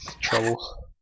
trouble